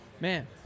Man